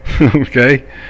okay